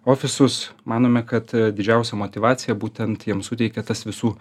ofisus manome kad e didžiausią motyvaciją būtent jiems suteikia tas visų